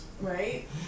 Right